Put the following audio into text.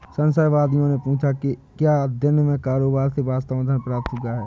संशयवादियों ने पूछा कि क्या दिन के कारोबार से वास्तव में धन प्राप्त हुआ है